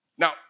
Now